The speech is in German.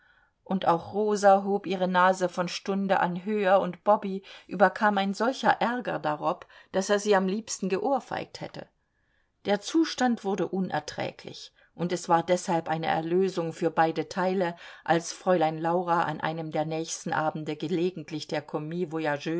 und auch rosa hob ihre nase von stunde an höher und bobby überkam ein solcher ärger darob daß er sie am liebsten geohrfeigt hätte der zustand wurde unerträglich und es war deshalb eine erlösung für beide teile als fräulein laura an einem der nächsten abende gelegentlich der